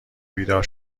بیدار